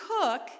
Cook